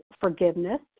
forgiveness